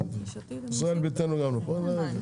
ישראל ביתנו גם לא פה.